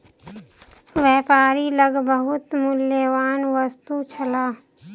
व्यापारी लग बहुत मूल्यवान वस्तु छल